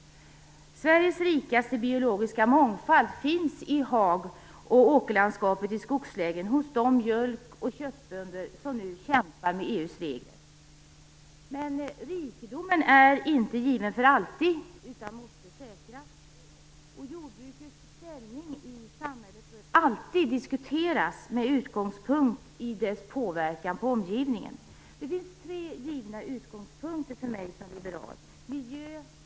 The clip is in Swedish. Sveriges rikaste biologiska mångfald finns i hag och åkerlandskapet i skogslänen, hos de mjölkoch köttbönder som nu kämpar med EU:s regler. Men den rikedomen är inte given för alltid utan den måste säkras. Jordbrukets ställning i samhället bör alltid diskuteras med utgångspunkt i dess påverkan på omgivningen. Det finns tre givna utgångspunkter för mig som liberal: miljö, företag och EU, och dessa utgångspunkter har uppenbara samband.